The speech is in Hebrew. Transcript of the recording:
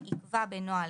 יקבע בנוהל,